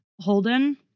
Holden